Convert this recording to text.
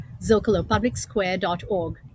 zocalopublicsquare.org